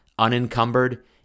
unencumbered